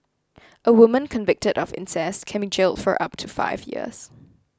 a woman convicted of incest can be jailed for up to five years